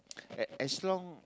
uh as long